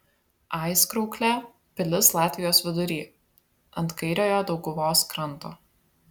aizkrauklė pilis latvijos vidury ant kairiojo dauguvos kranto